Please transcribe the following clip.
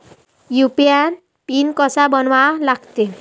UPI PIN कसा बनवा लागते?